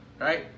right